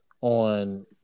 on –